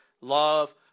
Love